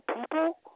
people